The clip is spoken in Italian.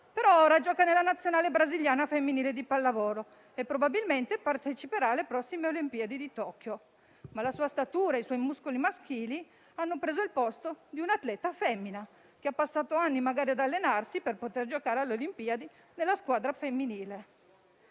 Ora gioca nella nazionale brasiliana femminile di pallavolo e probabilmente parteciperà alle prossime Olimpiadi di Tokyo. La sua statura e i suoi muscoli maschili hanno preso il posto di un'atleta femmina che magari ha passato anni ad allenarsi per poter giocare alle Olimpiadi nella squadra femminile.